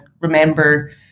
remember